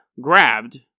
grabbed